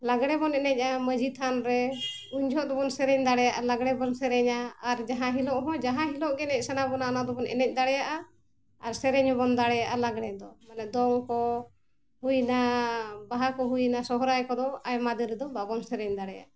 ᱞᱟᱜᱽᱲᱮ ᱵᱚᱱ ᱮᱱᱮᱡᱼᱟ ᱢᱟᱹᱡᱷᱤ ᱛᱷᱟᱱ ᱨᱮ ᱩᱱ ᱡᱚᱠᱷᱮᱡ ᱫᱚᱵᱚᱱ ᱥᱮᱨᱮᱧ ᱫᱟᱲᱮᱭᱟᱜᱼᱟ ᱞᱟᱜᱽᱲᱮ ᱵᱚᱱ ᱥᱮᱨᱮᱧᱟ ᱟᱨ ᱡᱟᱦᱟᱸ ᱦᱤᱞᱳᱜ ᱦᱚᱸ ᱡᱟᱦᱟᱸ ᱦᱤᱞᱳᱜ ᱜᱮ ᱮᱱᱮᱡ ᱥᱟᱱᱟ ᱵᱚᱱᱟ ᱚᱱᱟ ᱫᱚᱵᱚᱱ ᱮᱱᱮᱡ ᱫᱟᱲᱮᱭᱟᱜᱼᱟ ᱟᱨ ᱥᱮᱨᱮᱧ ᱦᱚᱸᱵᱚᱱ ᱫᱟᱲᱮᱭᱟᱜᱼᱟ ᱞᱟᱜᱽᱲᱮ ᱫᱚ ᱢᱟᱱᱮ ᱫᱚᱝ ᱠᱚ ᱦᱩᱭᱮᱱᱟ ᱵᱟᱦᱟ ᱠᱚ ᱦᱩᱭᱮᱱᱟ ᱥᱚᱦᱚᱨᱟᱭ ᱠᱚᱫᱚ ᱟᱭᱢᱟ ᱫᱤᱱ ᱨᱮᱫᱚ ᱵᱟᱵᱚᱱ ᱥᱮᱨᱮᱧ ᱫᱟᱲᱮᱭᱟᱜᱼᱟ